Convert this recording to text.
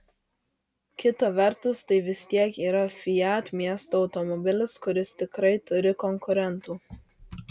kita vertus tai vis tiek yra fiat miesto automobilis kuris tikrai turi konkurentų